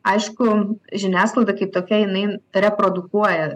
aišku žiniasklaida kaip tokia jinai reprodukuoja